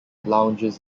lounges